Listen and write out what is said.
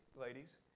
ladies